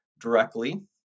directly